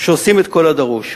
שעושים את כל הדרוש.